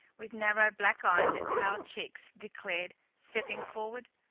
with narrow black eyes and pale cheeks, declared, stepping forward.